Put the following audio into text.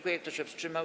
Kto się wstrzymał?